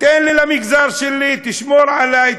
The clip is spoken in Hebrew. תן לי למגזר שלי, תשמור עלי.